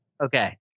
Okay